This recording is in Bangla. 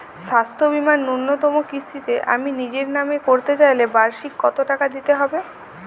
স্বাস্থ্য বীমার ন্যুনতম কিস্তিতে আমি নিজের নামে করতে চাইলে বার্ষিক কত টাকা দিতে হবে?